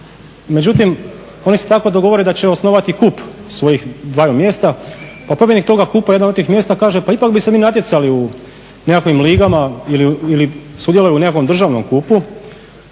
međutim oni se tako dogovore da će osnovati kup svojih dvaju mjesta pa pobjednik toga kupa jedan od tih mjesta kaže pa ipak bi se mi natjecali u nekakvim ligama ili sudjelovali u nekakvom državnom kupu.